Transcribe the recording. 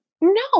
No